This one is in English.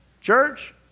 church